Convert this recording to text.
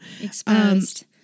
exposed